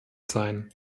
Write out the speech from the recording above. sein